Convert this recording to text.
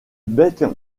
bec